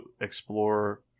explore